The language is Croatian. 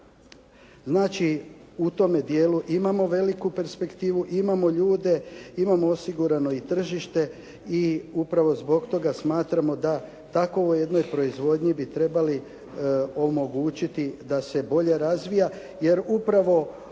Znači u tome djelu imamo veliku perspektivu, imamo ljude, imamo osigurano i tržište i upravo zbog toga smatramo da takvoj jednoj proizvodnji bi trebali omogućiti da se bolje razvija, jer upravo